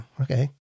okay